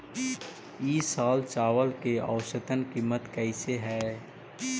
ई साल चावल के औसतन कीमत कैसे हई?